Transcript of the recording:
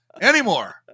anymore